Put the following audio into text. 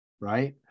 right